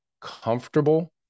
comfortable